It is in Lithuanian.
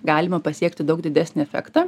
galima pasiekti daug didesnį efektą